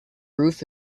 roof